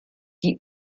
die